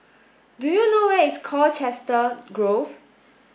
do you know where is Colchester Grove